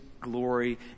glory